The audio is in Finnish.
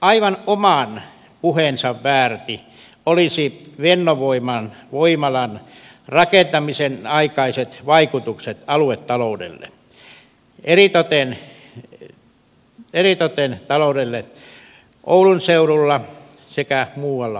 aivan oman puheensa väärtejä olisivat fennovoiman voimalan rakentamisen aikaiset vaikutukset aluetaloudelle eritoten taloudelle oulun seudulla sekä muualla pohjois suomessa